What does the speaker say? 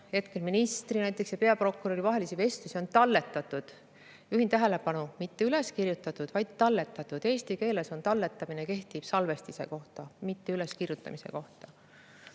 näiteks ministri ja peaprokuröri vahelisi vestlusi on talletatud. Juhin tähelepanu, mitte üles kirjutatud, vaid talletatud. Eesti keeles talletamine kehtib salvestamise kohta, mitte üleskirjutamise kohta.